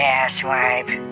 asswipe